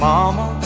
Mama